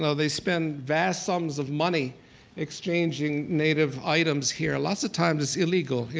they spend vast sums of money exchanging native items here, lots of times illegal.